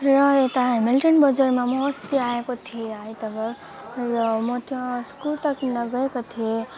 र यता हेमिल्टन बजारमा म अस्ति आएको थिएँ आइतवार र म त्यस कुर्ता किन्न गएको थिएँ